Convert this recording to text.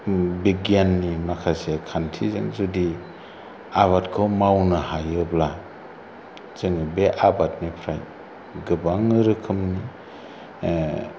बिगियाननि माखासे खान्थिजों जुदि आबादखौ मावनो हायोब्ला जोङो बे आबादनिफ्राय गोबां रोखोम